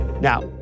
Now